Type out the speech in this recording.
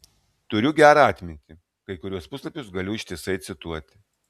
turiu gerą atmintį kai kuriuos puslapius galiu ištisai cituoti